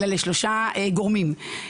אלא לשלושה גורמים.